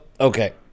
okay